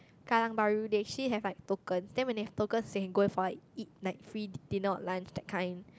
Kallang Bahru they actually have like token then when they have tokens they can go for like eat like free dinner or lunch that kind